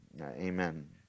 Amen